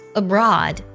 abroad